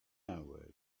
award